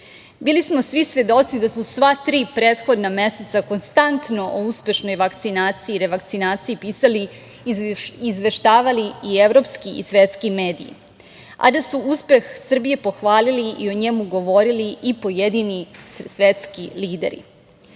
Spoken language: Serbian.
smo svi svedoci da su sva tri prethodna meseca konstantno o uspešnoj vakcinaciji, revakcinaciji pisali i izveštavali i evropski i svetski mediji, a da su uspeh Srbije pohvalili i o njemu govorili i pojedini svetski lideri. Srbija